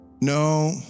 No